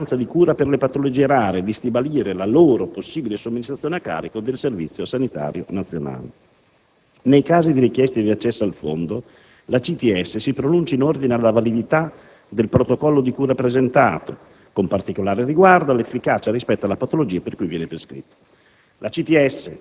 rappresentano una speranza di cura per le patologie rare, e di stabilire la loro possibile somministrazione a carico del Servizio sanitario nazionale. Nei casi di richieste di accesso al fondo, la CTS si pronuncia in ordine alla validità del protocollo di cura presentato, con particolare riguardo all'efficacia rispetto alla patologia per cui viene prescritto.